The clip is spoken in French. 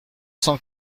cent